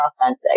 authentic